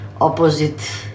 opposite